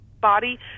body